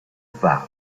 warm